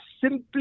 simply